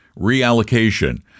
reallocation